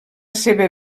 seva